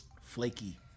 flaky